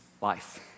life